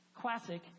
Classic